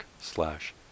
slash